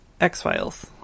X-Files